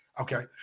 okay